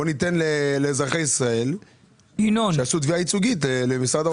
בואו ניתן לאזרחי ישראל שיעשו תביעה ייצוגית למשרד האוצר.